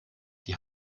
die